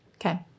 okay